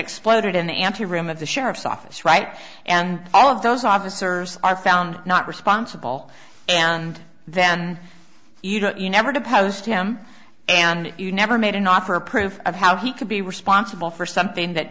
exploded in the ante room of the sheriff's office right and all of those officers are found not responsible and then you know you never deposed him and you never made an offer proof of how he could be responsible for something that